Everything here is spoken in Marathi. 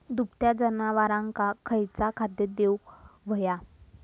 दुभत्या जनावरांका खयचा खाद्य देऊक व्हया?